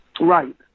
Right